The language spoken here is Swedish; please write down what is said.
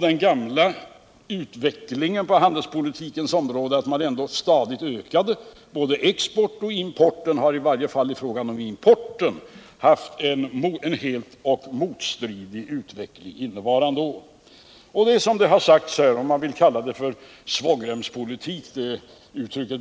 Den gamla utvecklingen på handelspolitikens område, som innebar att man stadigt ökade både importen och exporten, har i år i varje fall i fråga om importen varit den rakt motsatta. Uttrycket svångremspolitik